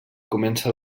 comença